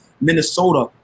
Minnesota